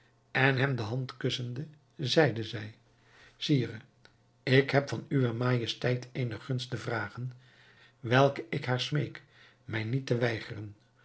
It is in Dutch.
en hem de hand kussende zeide zij sire ik heb van uwe majesteit eene gunst te vragen welke ik haar smeek mij niet te weigeren